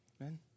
Amen